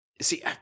see